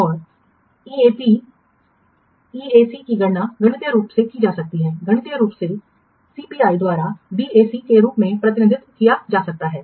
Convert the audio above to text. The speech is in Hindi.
और ईएपी ईएसी की गणना गणितीय रूप से की जा सकती है गणितीय रूप से सीपीआई द्वारा बीएसी के रूप में प्रतिनिधित्व किया जा सकता है